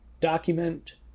document